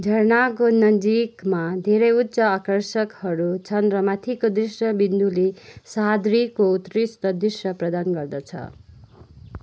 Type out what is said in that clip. झरनाको नजिकमा धेरै उच्च आकर्षकहरू छन् र माथिको दृश्य बिन्दुले सह्याद्रीको उत्कृष्ट दृश्य प्रदान गर्दछ